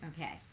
Okay